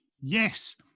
Yes